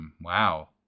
wow